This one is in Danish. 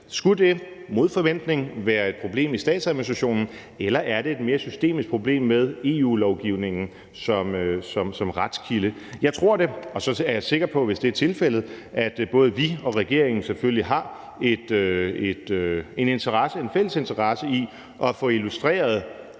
Skulle det, mod forventning, være et problem i statsadministrationen, eller er det et mere systemisk problem med EU-lovgivningen som retskilde? Jeg tror det, og så er jeg sikker på, hvis det er tilfældet, at både vi og regeringen selvfølgelig har en fælles interesse i at få illustreret,